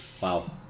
Wow